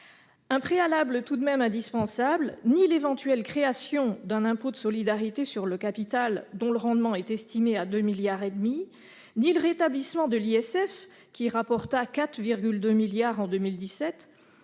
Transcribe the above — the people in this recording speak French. nécessaire, tout de même : ni l'éventuelle création d'un impôt de solidarité sur le capital, dont le rendement est estimé à 2,5 milliards d'euros, ni le rétablissement de l'ISF, qui rapporta 4,2 milliards d'euros